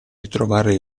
ritrovare